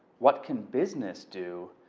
what can business do?